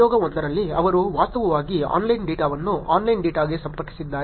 ಪ್ರಯೋಗ ಒಂದರಲ್ಲಿ ಅವರು ವಾಸ್ತವವಾಗಿ ಆನ್ಲೈನ್ ಡೇಟಾವನ್ನು ಆನ್ಲೈನ್ ಡೇಟಾಗೆ ಸಂಪರ್ಕಿಸಿದ್ದಾರೆ